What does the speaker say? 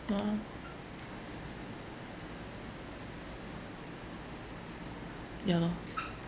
ya lor